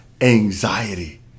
anxiety